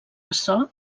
açò